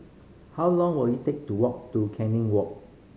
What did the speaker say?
how long will it take to walk to Canning Walk